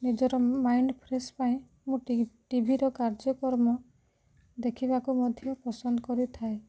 ନିଜର mind fresh ପାଇଁ ମୁଁ ଟିଭିର କାର୍ଯ୍ୟକ୍ରମ ଦେଖିବାକୁ ମଧ୍ୟ ପସନ୍ଦ କରିଥାଏ